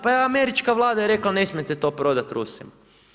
Pa američka Vlada je rekla ne smijete to prodati Rusima.